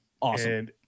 Awesome